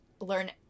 learn